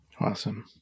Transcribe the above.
Awesome